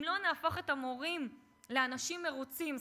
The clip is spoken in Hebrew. אם לא נהפוך את המורים לאנשים מרוצים,